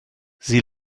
sie